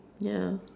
ya